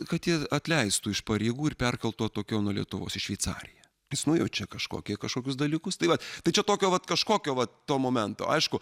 kad jį atleistų iš pareigų ir perkeltų atokiau nuo lietuvos į šveicariją jis nujaučia kažkokį kažkokius dalykus tai vat tai čia tokio vat kažkokio to momento aišku